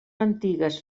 antigues